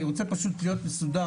אני רוצה פשוט להיות מסודר.